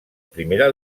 primera